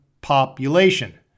population